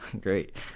great